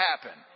happen